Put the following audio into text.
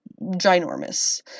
ginormous